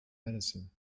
medicine